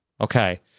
Okay